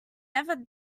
never